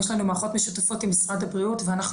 יש לנו מערכות משותפות עם משרד הבריאות ואנחנו